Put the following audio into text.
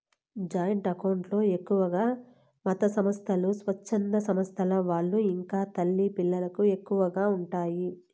joint account లో ఎక్కువగా మతసంస్థలు, స్వచ్ఛంద సంస్థల వాళ్ళు ఇంకా తల్లి పిల్లలకు ఎక్కువగా ఉంటాయి